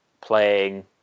playing